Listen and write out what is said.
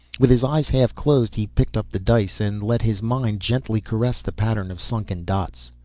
with his eyes half closed he picked up the dice and let his mind gently caress the pattern of sunken dots.